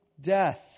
death